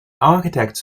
architects